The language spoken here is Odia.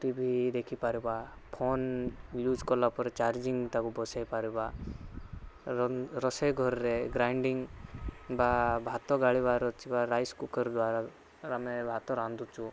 ଟି ଭି ଦେଖିପାରିବା ଫୋନ୍ ୟୁଜ୍ କଲା ପରେ ଚାର୍ଜିଙ୍ଗ୍ ତାକୁ ବସେଇ ପାରିବା ରନ ରୋଷେଇ ଘରରେ ଗ୍ରାଇଣ୍ଡିଙ୍ଗ ବା ଭାତ ଗାଳିବାର ଅଛି ରାଇସ୍ କୁକର୍ ଦ୍ଵାରା ଆମେ ଭାତ ରାନ୍ଧୁଛୁ